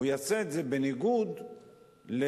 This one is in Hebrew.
הוא יעשה את זה בניגוד למגבלות,